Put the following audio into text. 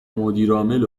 مدیرعامل